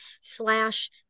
slash